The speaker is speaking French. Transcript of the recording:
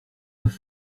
neuf